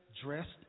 dressed